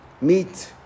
meet